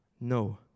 No